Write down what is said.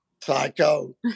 psycho